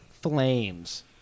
flames